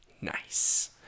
Nice